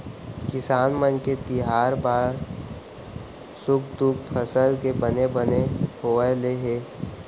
किसान मन के तिहार बार सुख दुख फसल के बने बने होवई ले हे